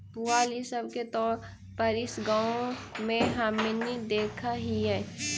पुआल इ सब के तौर पर इस गाँव में हमनि देखऽ हिअइ